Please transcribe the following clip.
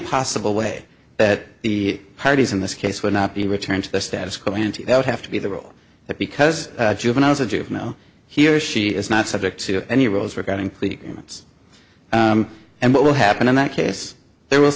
possible way that the parties in this case would not be returned to the status quo ante that would have to be the rule because juveniles a juvenile he or she is not subject to any rules regarding clique means and what will happen in that case there w